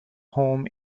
home